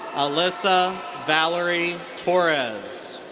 alyssa valerie torres.